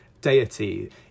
deity